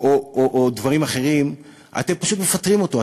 אם בדברים אחרים, אתם פשוט מפטרים אותו.